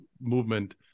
movement